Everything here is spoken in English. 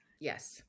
Yes